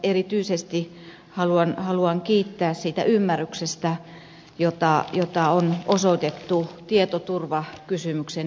erityisesti haluan kiittää siitä ymmärryksestä jota on osoitettu tietoturvakysymyksen näkökulmasta